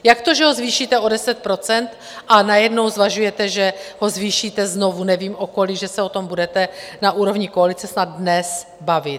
Jak to, že ho zvýšíte o 10 % a najednou zvažujete, že ho zvýšíte znovu, nevím o kolik, že se o tom budete na úrovni koalice snad dnes bavit?